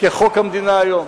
כחוק המדינה היום.